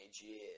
years